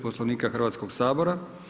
Poslovnika Hrvatskog sabora.